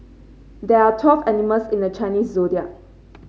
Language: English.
there are twelve animals in the Chinese Zodiac